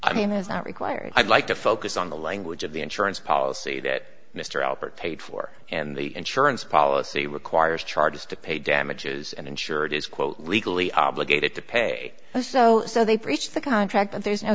i mean is not required i'd like to focus on the language of the insurance policy that mr albert paid for and the insurance policy requires charges to pay damages and insure it is quote legally obligated to pay so so they breached the contract but there's no